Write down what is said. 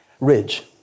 ridge